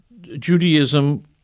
Judaism